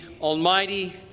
Almighty